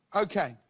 okay.